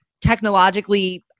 technologically